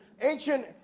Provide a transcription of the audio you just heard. Ancient